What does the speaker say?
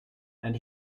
and